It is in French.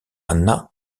anna